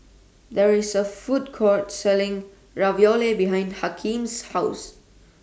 There IS A Food Court Selling Ravioli behind Hakeem's House